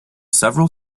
several